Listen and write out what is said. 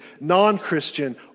non-Christian